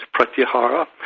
Pratyahara